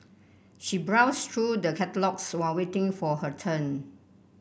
she browsed through the catalogues while waiting for her turn